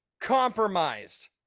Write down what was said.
Compromised